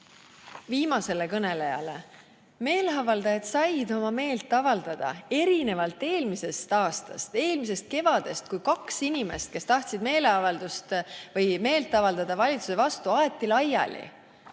Viimasele kõnelejale: meeleavaldajad said oma meelt avaldada. Seda erinevalt eelmisest aastast, eelmisest kevadest, kui kaks inimest, kes tahtsid meelt avaldada valitsuse vastu, aeti minema.